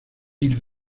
ils